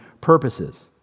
purposes